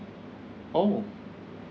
oh